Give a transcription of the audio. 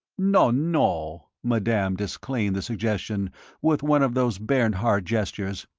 no, no, madame disclaimed the suggestion with one of those bernhardt gestures,